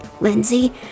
Lindsay